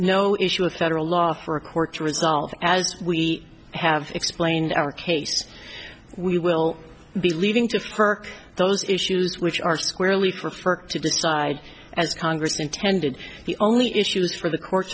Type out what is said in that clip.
no issue of federal law for a court to resolve as we have explained our case we will be leaving to fight for those issues which are squarely prefer to decide as congress intended the only issues for the courts